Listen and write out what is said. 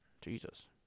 Jesus